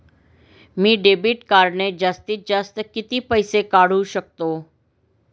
मी debit कार्डने जास्तीत जास्त किती पैसे काढू शकतो?